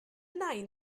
nain